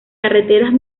carreteras